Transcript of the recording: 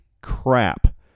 crap